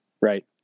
right